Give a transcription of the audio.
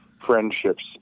friendships